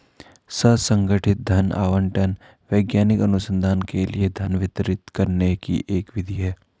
स्व संगठित धन आवंटन वैज्ञानिक अनुसंधान के लिए धन वितरित करने की एक विधि है